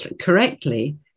correctly